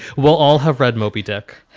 we'll all have read moby dick